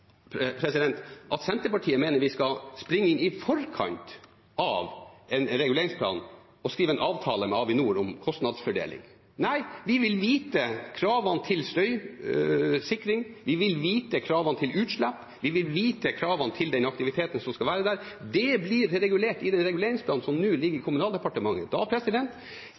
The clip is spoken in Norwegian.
at Senterpartiet mener vi skal springe inn i forkant av en reguleringsplan og skrive en avtale med Avinor om kostnadsfordeling. Nei, vi vil vite om kravene til støy og sikring, og vi vil vite om kravene til utslipp, vi vil vite om kravene til den aktiviteten som skal være der. Det bli regulert i den reguleringsplanen som nå ligger i Kommunaldepartementet. Da